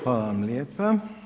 Hvala vam lijepa.